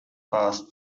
fast